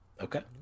Okay